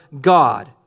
God